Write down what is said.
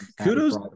kudos